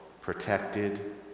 protected